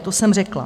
To jsem řekla.